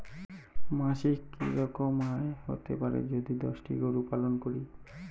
মাসিক কি রকম আয় হতে পারে যদি দশটি গরু পালন করি?